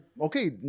okay